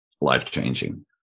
life-changing